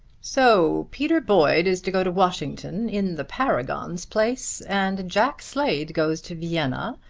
so peter boyd is to go to washington in the paragon's place, and jack slade goes to vienna,